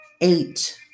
eight